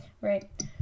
right